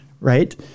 right